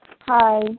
Hi